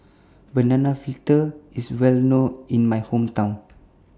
Banana Fritters IS Well known in My Hometown